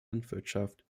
landwirtschaft